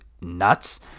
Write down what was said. nuts